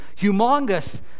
humongous